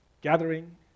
Gathering